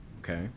okay